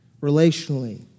relationally